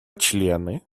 члены